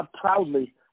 proudly